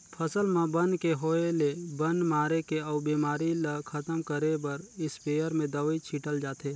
फसल म बन के होय ले बन मारे के अउ बेमारी ल खतम करे बर इस्पेयर में दवई छिटल जाथे